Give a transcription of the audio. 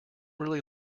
really